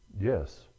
Yes